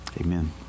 Amen